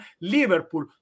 Liverpool